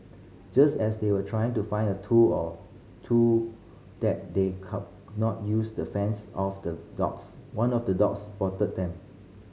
just as they were trying to find a tool or two that they not use to fends off the dogs one of the dogs spotted them